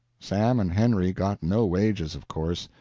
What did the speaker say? sam and henry got no wages, of course.